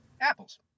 Apples